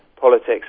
Politics